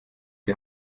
die